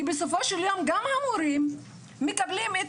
כי בסופו של יום גם המורים מקבלים את